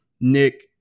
Nick